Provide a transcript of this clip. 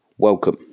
Welcome